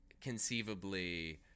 conceivably